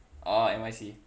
oh N_Y_C